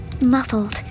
muffled